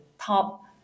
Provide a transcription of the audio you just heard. top